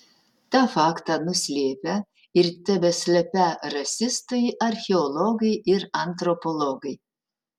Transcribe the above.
tą faktą nuslėpę ir tebeslepią rasistai archeologai ir antropologai